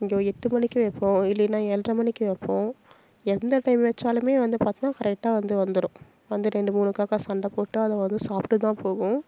இங்கே எட்டு மணிக்கு வைப்போம் இல்லைன்னா ஏழரை மணிக்கு வைப்போம் எந்த டைம் வைச்சாலுமே வந்து பார்த்தின்னா கரெக்டாக வந்து வந்துடும் வந்து ரெண்டு மூணு காக்கை சண்டை போட்டு அதை வந்து சாப்பிட்டுதான் போகும்